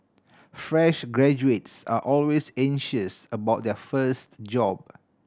fresh graduates are always anxious about their first job